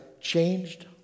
changed